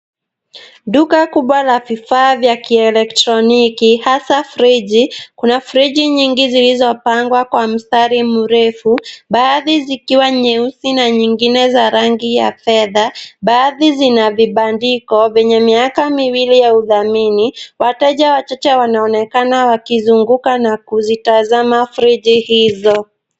Duka kubwa la vifaa vya kielektroniki hasa friji. Kuna friji nyingi zilizopangwa kwa mstari mrefu, baadhi zikiwa nyeusi na nyingine za rangi ya fedha. Baadhi zina vibandiko vyenye miaka miwili ya uthamini. Wateja wachache wanaonekana wakizunguka na kuzitazama friji hizo.